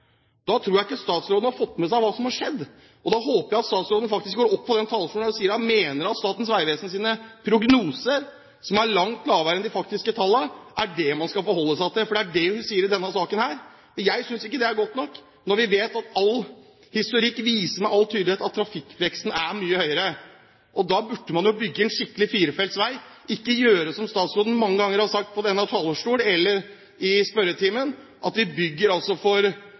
Da tror jeg ikke statsråden har fått med seg hva som har skjedd, og da håper jeg at statsråden faktisk går opp på denne talerstolen og sier om hun mener at Statens vegvesen sine prognoser, som er langt lavere enn de faktiske tallene, er det man skal forholde seg til. For det er det hun sier i denne saken. Jeg synes ikke det er godt nok når vi vet at all historikk med all tydelighet viser at trafikkveksten er mye høyere. Da burde man jo bygge en skikkelig firefelts vei, ikke, som statsråden mange ganger har sagt fra denne talerstolen, også i spørretimen, bygge så galt som på 1960-tallet. Vi